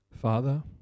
Father